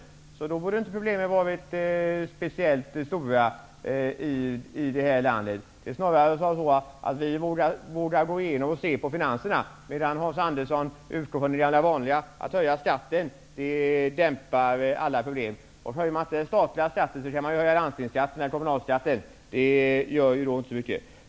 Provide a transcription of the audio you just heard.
Under sådana förhållanden skulle problemen inte ha varit speciellt stora i vårt land. Det är snarare så att vi vågar se igenom finanserna, medan Hans Andersson följer den gamla vanliga vägen att höja skatten, vilket skall dämpa alla problem. Höjer man inte den statliga skatten, kan man ju höja landstingsskatten eller kommunalskatten -- det spelar inte så stor roll.